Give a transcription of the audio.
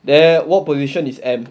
then what position is M